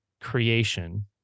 creation